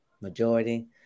Majority